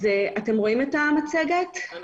אתם רואים את המצגת אני